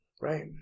Right